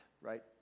right